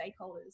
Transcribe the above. stakeholders